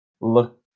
look